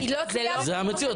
זאת המציאות,